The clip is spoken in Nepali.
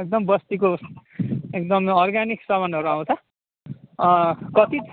एकदम बस्तीको एकदमै अर्ग्यानिक सामानहरू आउँछ अँ कति